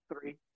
three